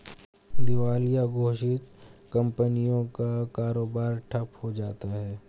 दिवालिया घोषित कंपनियों का कारोबार ठप्प हो जाता है